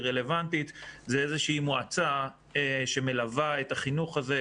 רלוונטית זה מועצה שמלווה את החינוך הזה,